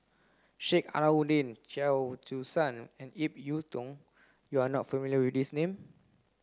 Sheik Alau'ddin Chia Choo Suan and Ip Yiu Tung you are not familiar with these names